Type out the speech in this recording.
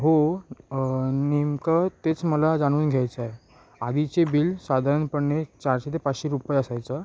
हो नेमकं तेच मला जाणून घ्यायचं आहे आधीचे बिल साधारणपणे चारशे ते पाचशे रुपये असायचं